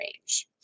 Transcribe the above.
range